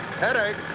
headache!